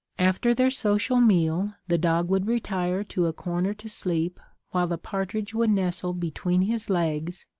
after their social meal, the dog would retire to a corner to sleep, while the partridge would nestle between his legs,